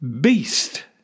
Beast